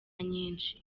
nyinshi